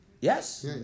yes